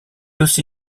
aussi